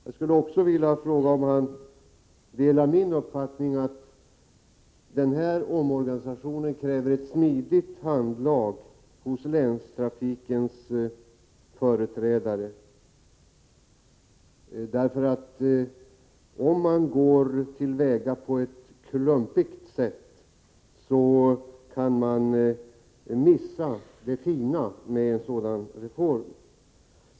Jag skulle också vilja fråga om han delar min uppfattning att den här omorganisationen kräver ett smidigt handlag hos länstrafikens företrädare. Om man går till väga på ett klumpigt sätt kan man missa det fina med en sådan här reform.